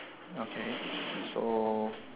okay so